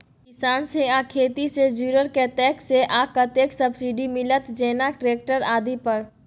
किसान से आ खेती से जुरल कतय से आ कतेक सबसिडी मिलत, जेना ट्रैक्टर आदि पर?